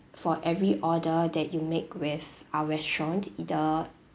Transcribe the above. for every order that you make with our restaurant either